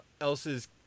else's